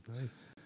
Nice